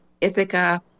Ithaca